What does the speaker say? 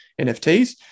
NFTs